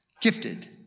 gifted